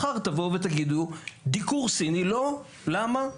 מחר תבואו ותגידו: דיקור סיני לא, למה?